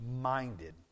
minded